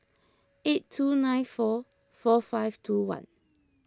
eight two nine four four five two one